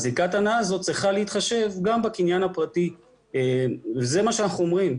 זיקת ההנאה הזו צריכה להתחשב גם בקניין הפרטי וזה מה שאנחנו אומרים.